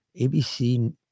ABC